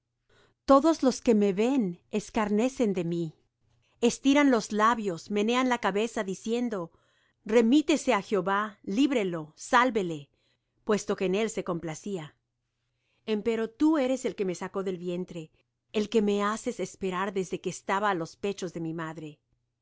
todos los que me ven escarnecen de mí estiran los labios menean la cabeza diciendo remítese á jehová líbrelo sálvele puesto que en él se complacía empero tú eres el que me sacó del vientre el que me haces esperar desde que estaba á los pechos de mi madre